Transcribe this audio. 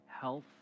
health